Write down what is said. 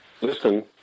listen